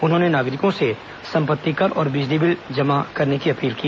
उन्होंने नागरिकों से सम्पत्ति कर और बिजली बिल जमा करने की अपील की